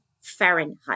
Fahrenheit